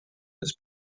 his